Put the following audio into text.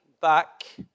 back